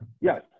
Yes